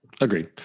agreed